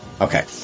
Okay